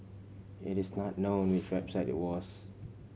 it is not known which website it was